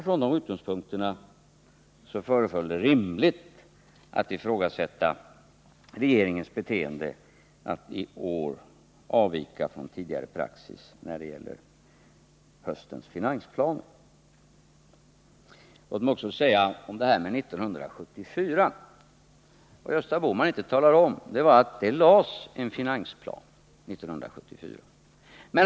Från de utgångspunkterna föreföll det rimligt att ifrågasätta regeringens beteende att i år avvika från tidigare praxis när det gäller höstens finansplaner. Låt mig också beträffande diskussionen om det som skedde 1974 peka på det som Gösta Bohman inte talade om, nämligen att det då lades fram en finansplan.